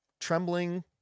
trembling